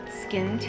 skin